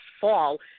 fall